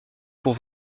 pour